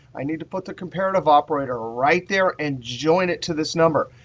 i need to put the comparative operator right there and join it to this number.